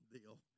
deal